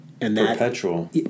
Perpetual